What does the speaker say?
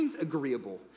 agreeable